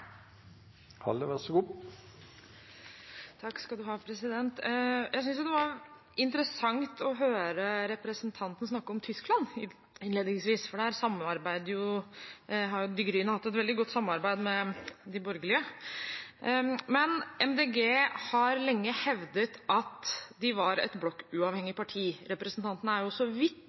snakke om Tyskland innledningsvis, for der har jo Die Grünen hatt et veldig godt samarbeid med de borgerlige. Miljøpartiet De Grønne har lenge hevdet at de er et blokkuavhengig parti. Representanten